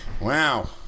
Wow